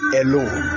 alone